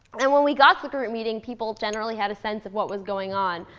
and when we got to the group meeting, people generally had a sense of what was going on,